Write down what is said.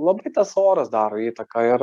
labai tas oras daro įtaką ir